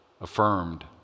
affirmed